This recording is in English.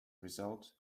result